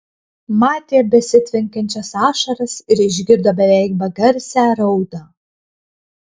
matė besitvenkiančias ašaras ir išgirdo beveik begarsę raudą